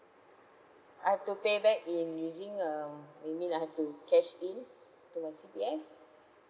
I've to pay back in using uh maybe I have to cash in to my C_P_F